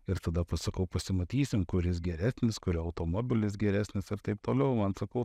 ir tada pasakau pasimatysim kuris geresnis kurio automobilis geresnis ir taip toliau man sakau